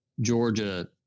Georgia